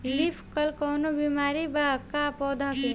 Leaf curl कौनो बीमारी बा का पौधा के?